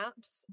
apps